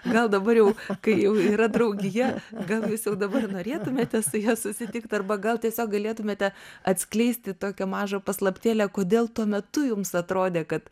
gal dabar jau kai jau yra draugija gal jūs jau dabar norėtumėte su ja susitikt arba gal tiesiog galėtumėte atskleisti tokią mažą paslaptėlę kodėl tuo metu jums atrodė kad